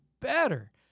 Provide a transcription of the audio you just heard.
better